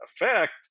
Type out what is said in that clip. effect